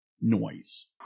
noise